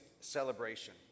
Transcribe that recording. celebration